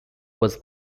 was